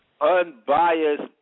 unbiased